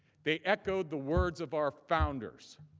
they echoed the words of our founders.